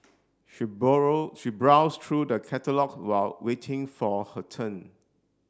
she borrow she browsed through the catalogue while waiting for her turn